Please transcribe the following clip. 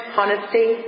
honesty